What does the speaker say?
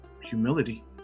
humility